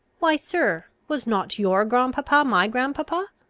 why, sir, was not your grandpapa my grandpapa?